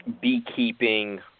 beekeeping